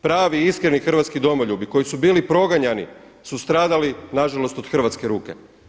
Pravi iskreni hrvatski domoljubi koji su bili proganjani su stradali na žalost od hrvatske ruke.